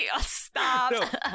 stop